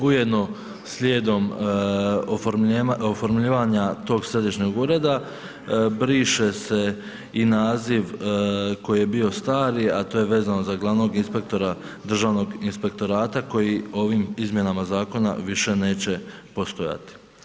Ujedno slijedom oformljivanja tog središnjeg ureda briše i naziv koji je bio stari a to je vezano za glavnog inspektora Državnog inspektorata koji ovim izmjenama zakona više neće postojati.